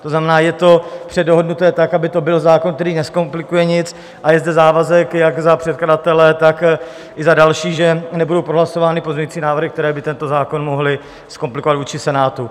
To znamená, je to předdohodnuté tak, aby to byl zákon, který nezkomplikuje nic, a je zde závazek jak za předkladatele, tak i za další, že nebudou prohlasovány pozměňovací návrhy, které by tento zákon mohly zkomplikovat vůči Senátu.